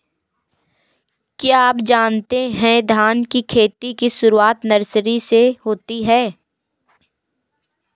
क्या आप जानते है धान की खेती की शुरुआत नर्सरी से होती है?